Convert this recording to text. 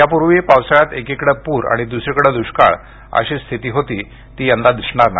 यापूर्वी पावसाळ्यात एकीकडे पूर आणि दुसरीकडे दुष्काळ अशी स्थिती होती ती यंदा दिसणार नाही